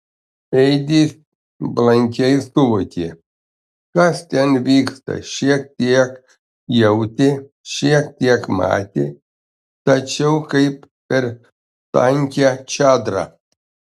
edis blankiai suvokė kas ten vyksta šiek tiek jautė šiek tiek matė tačiau kaip per tankią čadrą